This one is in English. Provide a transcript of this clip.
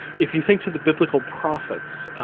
if you think to the biblical prophets,